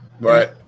Right